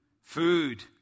Food